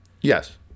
Yes